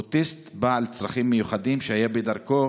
אוטיסט בעל צרכים מיוחדים שהיה בדרכו